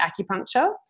acupuncture